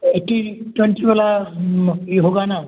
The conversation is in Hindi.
एकी ट्वेंटी वाला ई होगा न